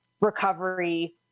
recovery